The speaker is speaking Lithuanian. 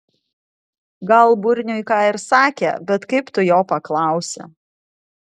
gal burniui ką ir sakė bet kaip tu jo paklausi